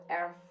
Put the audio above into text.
earth